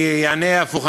אני אענה הפוך.